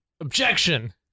Objection